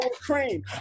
cream